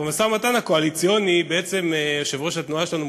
במשא-ומתן הקואליציוני יושב-ראש התנועה שלנו,